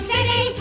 City